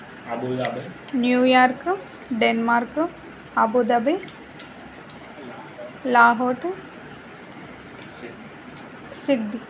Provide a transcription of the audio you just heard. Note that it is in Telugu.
Abu Dhabi New York Denmark Abu Dhabi Laghouat Sydney Sydney